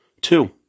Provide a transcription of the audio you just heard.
two